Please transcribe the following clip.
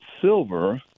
silver